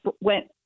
went